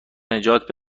نجات